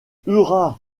hurrah